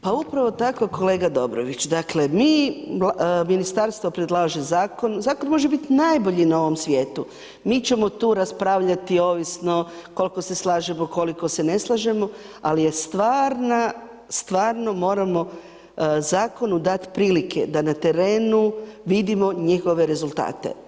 Pa upravo tako, kolega Dobrović, dakle ministarstvo predlaže zakon, zakon može biti najbolji na ovom svijetu, mi ćemo tu raspravljati ovisno koliko se slažemo, koliko se ne slažemo ali je stvarno moramo zakonu dati prilike da na terenu vidimo njihove rezultate.